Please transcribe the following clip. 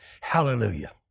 Hallelujah